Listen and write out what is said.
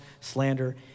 slander